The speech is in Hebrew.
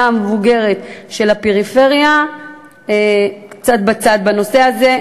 המבוגרת של הפריפריה קצת בצד בנושא הזה.